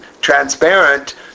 transparent